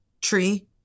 tree